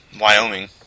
Wyoming